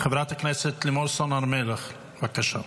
חברת הכנסת לימור סון הר מלך, בבקשה.